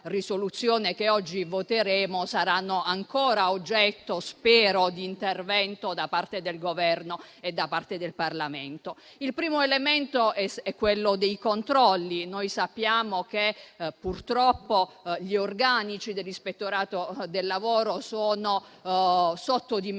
che oggi voteremo, saranno ancora oggetto, spero, di intervento da parte del Governo e del Parlamento. Il primo elemento è quello dei controlli. Sappiamo che, purtroppo, gli organici dell'Ispettorato del lavoro sono sottodimensionati